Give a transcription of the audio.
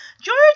George